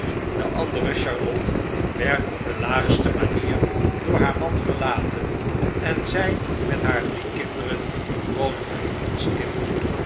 de andere charlotte werd op de laagste manier door haar man ver laten en zij met haar drie kinderen wonen bij ons in